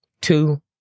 Two